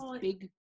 big